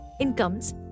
incomes